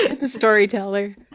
Storyteller